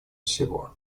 всего